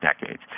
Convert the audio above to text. decades